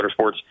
motorsports